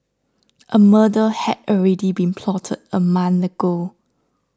a murder had already been plotted a month ago